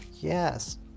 Yes